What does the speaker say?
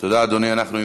תודה, אדוני.